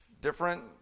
different